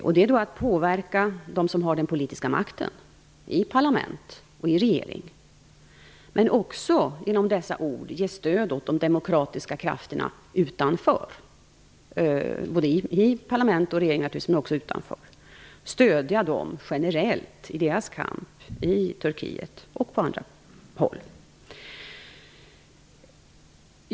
Vi vill påverka dem som har den politiska makten i parlament och i regering, men också genom dessa ord ge stöd åt de demokratiska krafterna både i och utanför parlament och regering. Vi vill stödja dem generellt i deras kamp i Turkiet och på andra håll.